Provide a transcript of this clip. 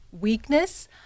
weakness